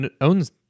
owns